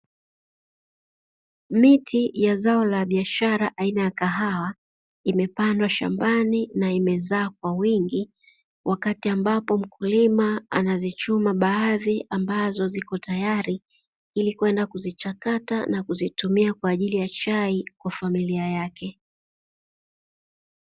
Miti ya zao la biashara aina ya kahawa imepandwa shambani na imezaa kwa wingi, wakati ambapo mkulima anazichuma baadhi ambazo zipo tayari ili kwenda kuzichakata na kuzitumia kwa ajili ya chai kwa familia yake.